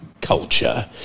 culture